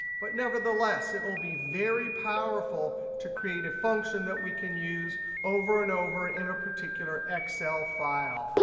but nevertheless it will be very powerful to create a function that we can use over and over in a particular excel file.